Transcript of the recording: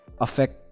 Affect